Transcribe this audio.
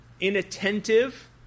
inattentive